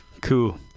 Cool